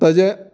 ताजे